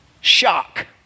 Shock